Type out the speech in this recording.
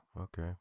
okay